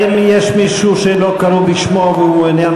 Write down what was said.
האם יש מישהו שלא קראו בשמו והוא מעוניין